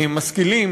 משכילים,